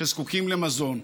שזקוקים למזון.